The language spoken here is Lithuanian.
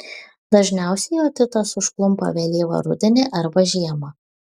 dažniausiai otitas užklumpa vėlyvą rudenį arba žiemą